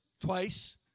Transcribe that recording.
twice